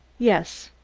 yes.